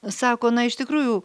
sako na iš tikrųjų